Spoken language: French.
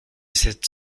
cette